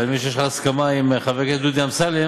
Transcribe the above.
ואני מבין שיש לך הסכמה עם חבר הכנסת דודי אמסלם